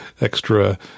extra